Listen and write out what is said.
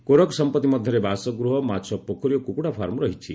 କୋରଖ ସମ୍ପତ୍ତି ମଧ୍ୟରେ ବାସଗୃହ ମାଛ ପୋଖରୀ ଓ କୁକୁଡ଼ା ଫାର୍ମ ରହିଛି